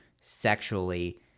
sexually